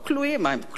מה, הם כלואים בכלא?